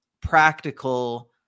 practical